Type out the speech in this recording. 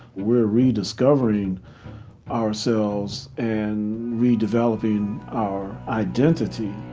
we're rediscovering ourselves and redeveloping our identity